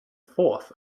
fourth